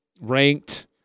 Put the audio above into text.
ranked